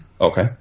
Okay